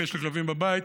ויש לי כלבים בבית,